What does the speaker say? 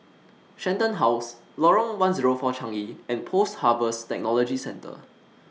Shenton House Lorong one Zero four Changi and Post Harvest Technology Centre